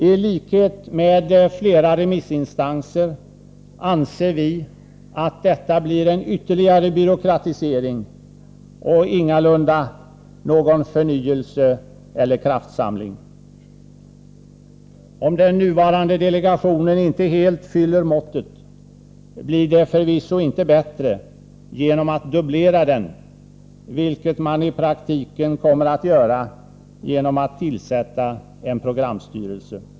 I likhet med flera remissinstanser anser vi att detta blir en ytterligare byråkratisering och ingalunda någon förnyelse eller kraftsamling. Om den nuvarande delegationen inte helt fyller måttet blir det förvisso inte bättre genom att dubblera den, vilket man i praktiken gör genom att tillsätta en programstyrelse.